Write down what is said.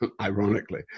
ironically